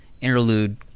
interlude